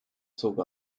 zog